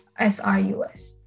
SRUS